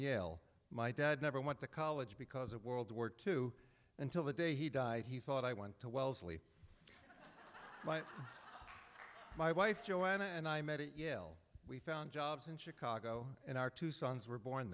yale my dad never went to college because of world war two until the day he died he thought i went to wellesley but my wife joanna and i met at yale we found jobs in chicago and our two sons were born